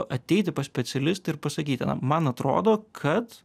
ateiti pas specialistą ir pasakyti na man atrodo kad